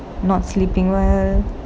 not sleeping well